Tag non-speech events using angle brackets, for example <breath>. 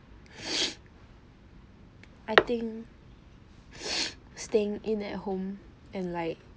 <breath> I think <breath> staying in at home and like